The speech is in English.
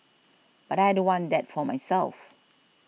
but I don't want that for my selves